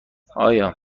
آیا